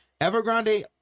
Evergrande